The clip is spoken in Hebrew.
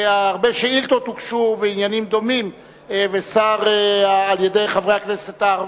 הרבה שאילתות הוגשו בעניינים דומים על-ידי חברי הכנסת הערבים.